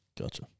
Gotcha